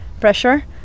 pressure